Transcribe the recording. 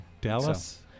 Dallas